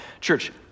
Church